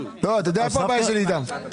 הרב גפני, איפה הבעיה איתם?